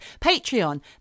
Patreon